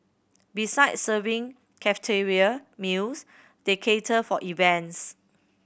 besides serving cafeteria meals they cater for events